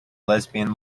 lesbian